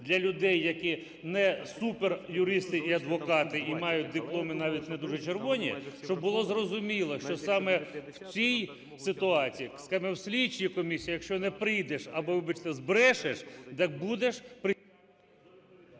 для людей, які не суперюристи і адвокати і мають дипломи і навіть не дуже червоні, щоб було зрозуміло, що саме в цій ситуації, скажемо, в слідчі комісії, якщо не прийдеш або, вибачте, збрешеш, так будеш…